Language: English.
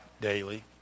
daily